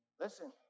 Listen